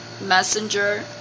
messenger